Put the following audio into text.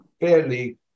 fairly